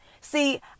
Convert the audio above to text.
See